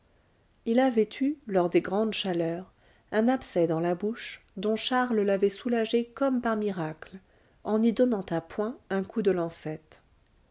il avait eu lors des grandes chaleurs un abcès dans la bouche dont charles l'avait soulagé comme par miracle en y donnant à point un coup de lancette